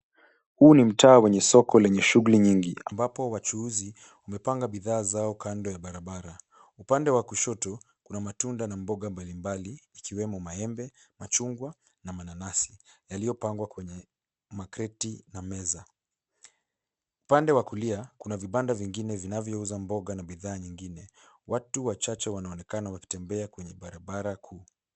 Huu ni mtaa wa soko lenye shughuli nyingi, ambapo wachuuzi wamepanga bidhaa zao kando ya barabara. Upande wa kushoto, kuna matunda na mboga mbalimbali, ikiwemo maembe, machungwa, na mananasi, yaliyopangwa kwenye makreti na meza. Upande wa kulia, kuna vibanda vingine vinavyouza mboga na bidhaa nyingine. Watu wachache wanaonekana wakitembea kwenye barabara kuu.